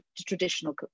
traditional